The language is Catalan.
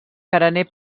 carener